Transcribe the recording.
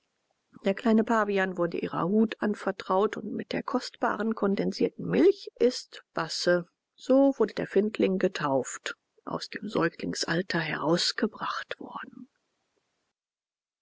der kleine pavian wurde ihrer hut anvertraut und mit der kostbaren kondensierten milch ist basse so wurde der findling getauft aus dem säuglingsalter herausgebracht worden